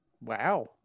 Wow